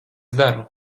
daru